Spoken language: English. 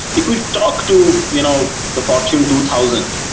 if we talk to you know the fortune two thousand,